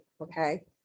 okay